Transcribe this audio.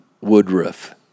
Woodruff